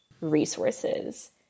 resources